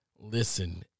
listen